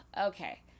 Okay